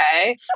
okay